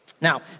Now